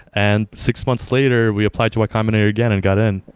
and six months later we applied to y combinator again and got in.